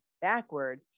backward